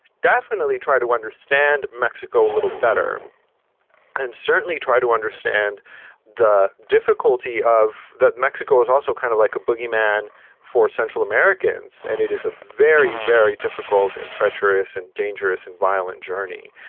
definitely try to understand mexico a little better and certainly try to understand the difficulty of that. mexico is also kind of like a boogie man for central americans. and it is a very, very difficult and treacherous and dangerous and violent journey.